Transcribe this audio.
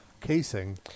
casing